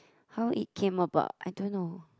how it came about I don't know